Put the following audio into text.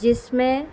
جس میں